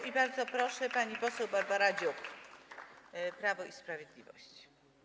I bardzo proszę, pani poseł Barbara Dziuk, Prawo i Sprawiedliwość.